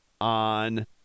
on